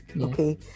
okay